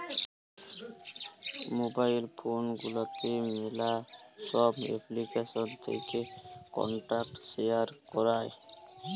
mobile phone গুলাতে ম্যালা ছব এপ্লিকেশল থ্যাকে কল্টাক্ট শেয়ার ক্যরার